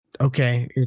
okay